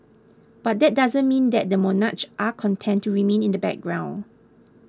but that doesn't mean that the monarchs are content to remain in the background